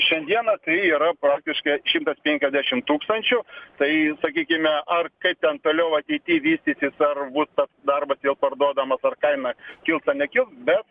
šiandieną tai yra praktiškai šimtas penkiasdešim tūkstančių tai sakykime ar kaip ten toliau ateity vystysis ar bus darbas jo parduodamas ar kaina kils ar neliks bet